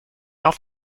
auf